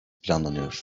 planlanıyor